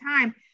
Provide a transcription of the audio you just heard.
time